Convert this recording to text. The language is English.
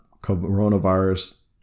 coronavirus